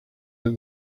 that